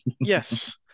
Yes